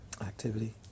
activity